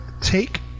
take